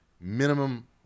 Minimum